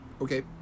okay